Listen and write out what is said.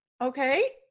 Okay